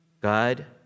God